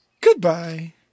Goodbye